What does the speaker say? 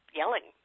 yelling